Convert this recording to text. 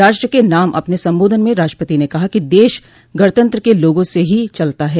राष्ट्र के नाम अपने संबोधन में राष्ट्रपति ने कहा कि देश गणतंत्र के लोगों से ही चलता है